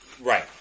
Right